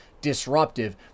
disruptive